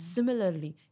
Similarly